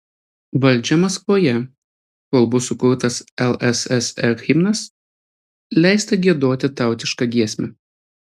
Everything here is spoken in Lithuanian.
valdžia maskvoje kol bus sukurtas lssr himnas leista giedoti tautišką giesmę